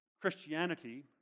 Christianity